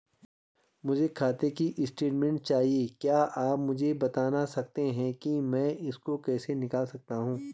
मुझे खाते की स्टेटमेंट चाहिए क्या आप मुझे बताना सकते हैं कि मैं इसको कैसे निकाल सकता हूँ?